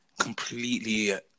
completely